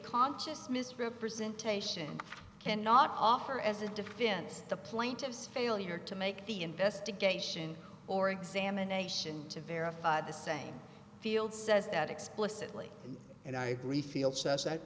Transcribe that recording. conscious misrepresentation cannot offer as a defense the plaintiff's failure to make the investigation or examination to verify the same field says that explicitly and i agree field says that